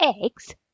eggs